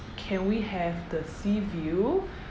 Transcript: can we have the sea view